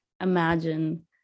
imagine